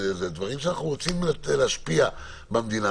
דברים שאנחנו רוצים להשפיע במדינה,